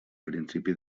principi